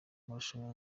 amarushanwa